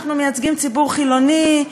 אנחנו מייצגים ציבור חילוני,